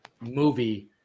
movie